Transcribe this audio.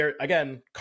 again